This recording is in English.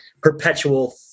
perpetual